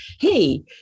Hey